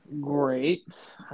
great